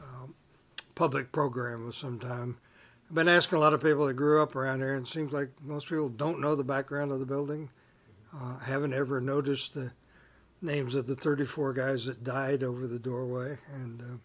a public program sometime but ask a lot of people who grew up around her and seems like most real don't know the background of the building haven't ever noticed the names of the thirty four guys that died over the doorway and